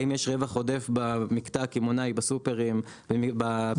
האם יש רווח עודף במקטע הקמעונאי בסופרים --- לא,